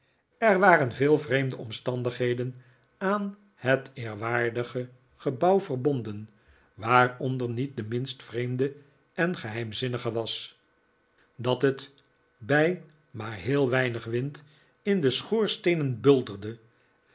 er waren veel vreemde omstandigheden aan het eerwaardige gebouw verbonden waaronder niet de minst vreemde en geheimzinnige was dat het bij maar heel weinig wind in de schoorsteenen bulderde